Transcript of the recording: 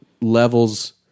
levels